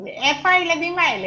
איפה הילדים האלה?